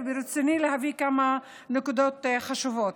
וברצוני להביא כמה נקודות חשובות: